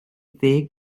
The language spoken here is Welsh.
ddeg